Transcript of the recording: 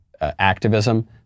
activism